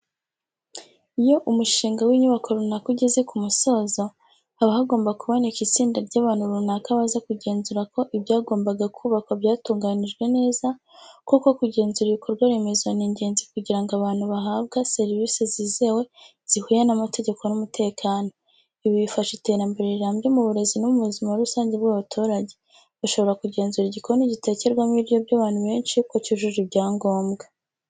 Iyo umushinga w'inyubako runaka ugeze ku musozo, haba hagomba kuboneka itsinda ry'abantu runaka baza kugenzura ko ibyagombaga kubakwa byatunganijwe neza kuko Kugenzura ibikorwa remezo ni ingenzi kugira ngo abantu bahabwa serivisi zizewe, zihuye n’amategeko n’umutekano. Ibi bifasha iterambere rirambye mu burezi no mu buzima rusange bw'abaturage. Bashobora kugenzura igikoni gitekerwamo ibiryo by'abantu benshi ko cyujuje ibyangombwa.